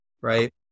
right